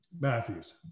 Matthews